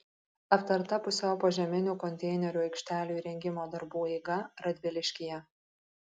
aptarta pusiau požeminių konteinerių aikštelių įrengimo darbų eiga radviliškyje